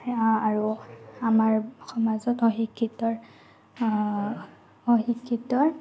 আৰু আমাৰ সমাজত অশিক্ষিতৰ অশিক্ষিতৰ